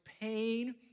pain